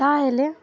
ତାହେଲେ